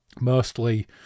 mostly